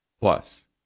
Plus